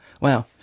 wow